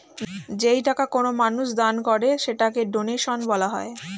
যেই টাকা কোনো মানুষ দান করে সেটাকে ডোনেশন বলা হয়